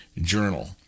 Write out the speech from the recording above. Journal